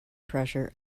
pressure